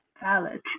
valid